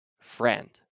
friend